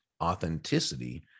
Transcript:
authenticity